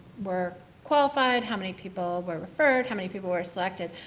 were qualified? how many people were referred? how many people were selected?